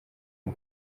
nke